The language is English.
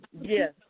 Yes